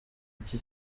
iki